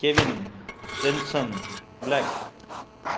कैविन Sinson black